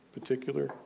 particular